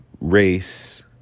race